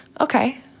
okay